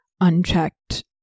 unchecked